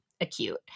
acute